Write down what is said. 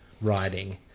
riding